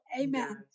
Amen